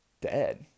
dead